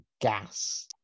gas